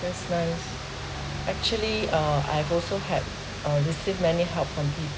that's nice actually uh I also had uh received many helps from people